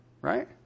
Right